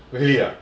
really ah